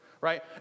right